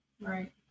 right